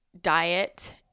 diet